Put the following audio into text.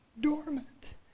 dormant